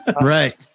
Right